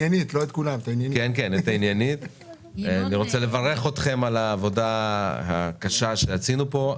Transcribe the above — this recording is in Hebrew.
אני רוצה לברך אתכם על העבודה הקשה שעשינו פה.